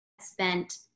spent